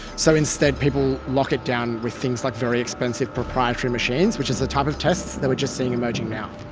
so instead people lock it down with things like very expensive proprietary machines, which is the type of tests that were just seeing emerging now.